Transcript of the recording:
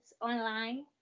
online